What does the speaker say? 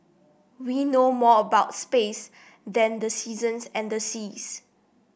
we know more about space than the seasons and the seas